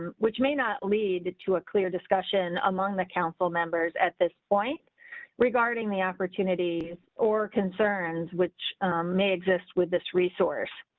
and which may not lead to a clear discussion among the council members at this point regarding the opportunities or concerns, which may exist with this resource.